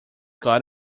got